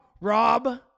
Rob